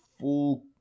full